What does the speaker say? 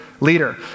leader